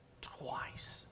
Twice